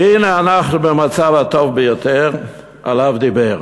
והנה אנחנו ב"מצב הטוב יותר" שעליו דיבר: